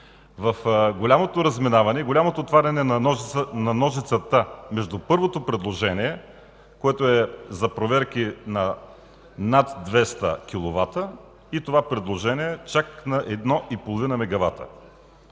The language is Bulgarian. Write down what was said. и голямото отваряне на ножицата между първото предложение, което е за проверки на над 200 киловата, и това предложение чак на 1,5